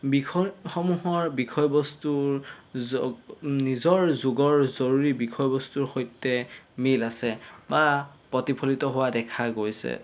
বিষয়সমূহৰ বিষয়বস্তুৰ জ নিজৰ যুগৰ জৰুৰী বিষয়বস্তুৰ সৈতে মিল আছে বা প্ৰতিফলিত হোৱা দেখা গৈছে